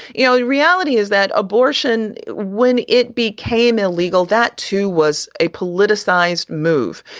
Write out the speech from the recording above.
you know, the reality is that abortion, when it became illegal, that, too, was a politicized move.